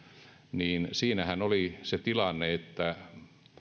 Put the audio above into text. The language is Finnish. niin siinähän oli se tilanne että